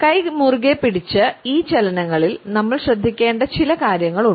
കൈ മുറുകെപ്പിടിച്ച ഈ ചലനങ്ങളിൽ നമ്മൾ ശ്രദ്ധിക്കേണ്ട ചില കാര്യങ്ങളുണ്ട്